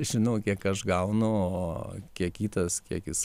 žinau kiek aš gaunu o kiek kitas kiek jis